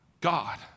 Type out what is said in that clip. God